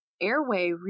Airway